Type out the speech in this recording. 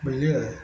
बुझलियै